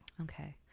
Okay